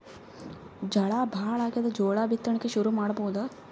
ಝಳಾ ಭಾಳಾಗ್ಯಾದ, ಜೋಳ ಬಿತ್ತಣಿಕಿ ಶುರು ಮಾಡಬೋದ?